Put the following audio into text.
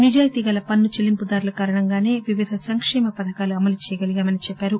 నిజాయితీ గల పన్ను చెల్లింపుదారుల కారణంగానే వివిధ సంకేమ పథకాలు అమలు చేయగలిగామని చెప్పారు